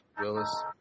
Willis